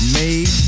made